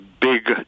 big